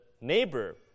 neighbor